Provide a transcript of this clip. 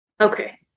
okay